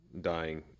dying